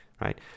right